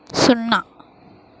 సున్నా